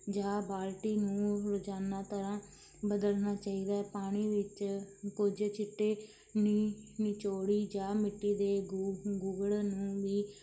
ਜਾਂ ਬਾਲਟੀ ਨੂੰ ਰੋਜ਼ਾਨਾ ਤਰ੍ਹਾਂ ਬਦਲਣਾ ਚਾਹੀਦਾ ਪਾਣੀ ਵਿੱਚ ਕੁਝ ਚਿੱਟੇ ਨਿ ਨਿਚੋੜੀ ਜਾਂ ਮਿੱਟੀ ਦੇ ਗੂ ਗੂਗਲ ਨੂੰ ਵੀ